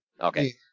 Okay